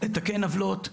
לתקן עוולות,